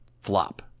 flop